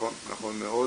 נכון מאוד.